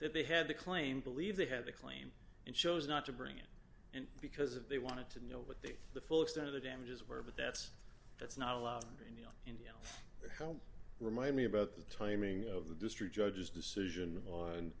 that they had the claim believe they had the claim and chose not to bring it in because if they wanted to know what the the full extent of the damages were but that's that's not allowed under any help remind me about the timing of the district judge's decision on